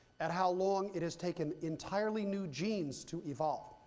at how long it has taken entirely new genes to evolve.